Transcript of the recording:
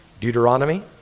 Deuteronomy